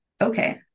Okay